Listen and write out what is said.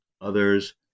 others